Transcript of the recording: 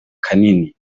kanini